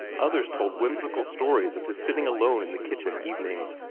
others told whimsical stories of his sitting alone in the kitchen evenings,